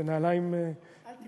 זה נעליים, אל תדאג.